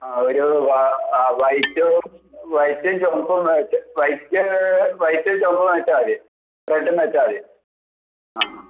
ആ ഒരു ആ വൈറ്റും വൈറ്റും ചുവപ്പും മാച്ച് വൈറ്റ് വൈറ്റും ചുവപ്പും വെച്ചാൽ മതി റെഡും വെച്ചാൽ മതി ആ ആ